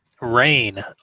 Rain